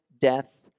death